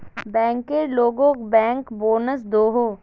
banker लोगोक bank bonus दोहों